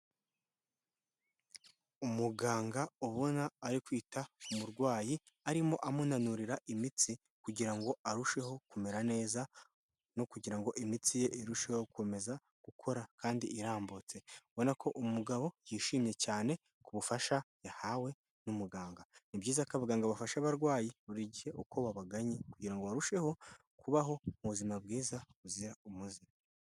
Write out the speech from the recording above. Umuganga ubona ari kwita ku murwayi arimo amunurira imitsi, kugira ngo arusheho kumera neza no kugira ngo imitsi ye, irusheho gukomeza gukora kandi irambutse, ubona ko umugabo yishimye cyane ku bufasha yahawe n'umuganga, ni byiza ko abaganga bafasha abarwayi buri gihe uko babaganye, kugira ngo barusheho kubaho mu buzima bwiza buzira umuze.